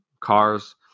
cars